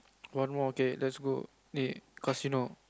one more okay let's go eh casino